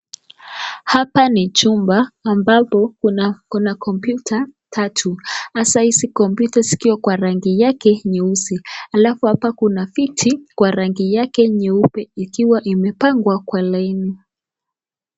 Hapa ni chumba ambapo kuna kompyuta tatu, hasa kompyuta zikiwa kwa rangi yake nyeusi, alafu apa kuna viti kwa rangi yake nyeupe ikiwa imepangwa kwa laini.